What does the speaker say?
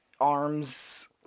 arms